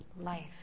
life